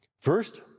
First